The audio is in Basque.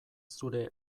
zure